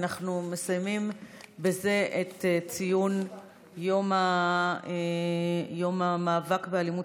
אנחנו מסיימים בזה את ציון יום המאבק באלימות